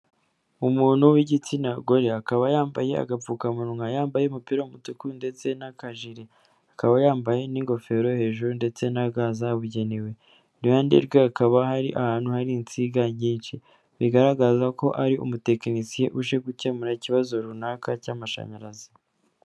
Umuntu w'igitsina gore akaba yambaye agapfukamunwa, yambaye umupira w'umutuku ndetse n'akajiri, akaba yambaye n'ingofero hejuru ndetse na ga zabugenewe, iruhande rwe hakaba hari ahantu hari insinga nyinshi bigaragaza ko ari umutekinisiye uje gukemura ikibazo runaka cy'amashanyarazi.